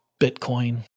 Bitcoin